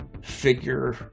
figure